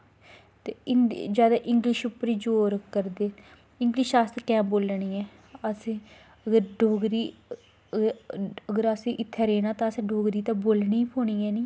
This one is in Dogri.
ते जादा इंगलिश पर ई जादा जोर करदे इंगलिश असैं कैंह् बोलनी ऐं अगर अस डोगरी अगर असैं इत्थैं रैह्ना ते असैं डोगरी ते बोलनी गै पौनी ऐ नी